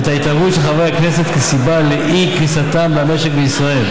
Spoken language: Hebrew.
ואת ההתערבות של חברי הכנסת כסיבה לאי-כניסתם למשק בישראל.